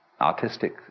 artistic